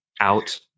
out